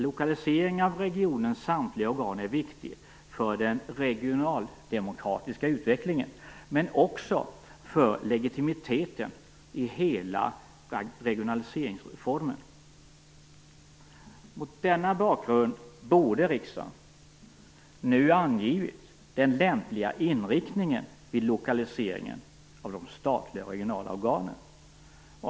Lokaliseringen av regionens samtliga organ är viktig för den regionaldemokratiska utvecklingen men också för legitimiteten i hela regionaliseringsreformen. Mot denna bakgrund borde riksdagen nu ha angivit den lämpliga inriktningen vid lokaliseringen av de statliga och regionala organen.